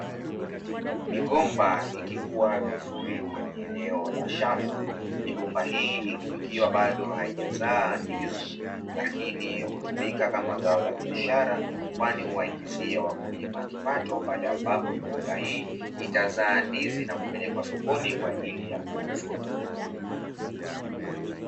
Migomba ikikuwa vizuri kwenye eneo la shamba, migomba hii ikiwa bado haijazaa ndizi lakini hutumika kama zao la biashara kwani huwaingizia wakulima kipato pale ambapo migomba hii itazaa ndizi nakupelekwa sokoni kwa ajili ya kuuzwa.